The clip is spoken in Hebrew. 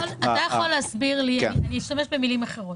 אני אשתמש במילים אחרות.